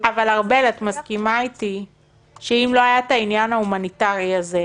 אלא אם כחול לבן יש בה התפלגות משנה שהוא לא הכיר אותה בזמן שהוא עזב,